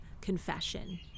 confession